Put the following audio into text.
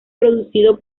producido